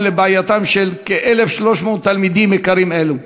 לבעייתם של כ-1,300 תלמידים יקרים אלו.